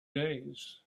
days